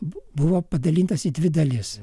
buvo padalintas į dvi dalis